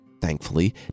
thankfully